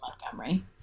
montgomery